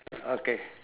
okay